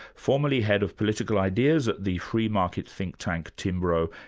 formerly head of political ideas at the free market think-tank, timbro,